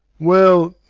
well